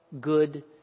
good